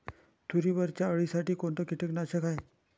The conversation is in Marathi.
तुरीवरच्या अळीसाठी कोनतं कीटकनाशक हाये?